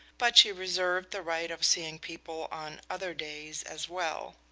but she reserved the right of seeing people on other days as well.